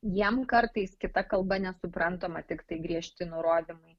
jiem kartais kita kalba nesuprantama tiktai griežti nurodymai